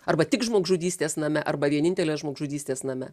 arba tik žmogžudystės name arba vienintelės žmogžudystės name